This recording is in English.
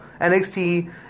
NXT